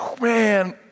Man